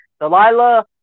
Delilah